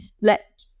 let